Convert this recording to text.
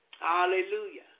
Hallelujah